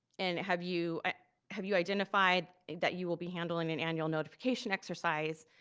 and have you ah have you identified that you will be handling an annual notification exercise,